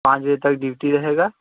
पाँच बजे तक ड्यूटी रहेगी